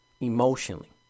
emotionally